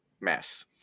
mess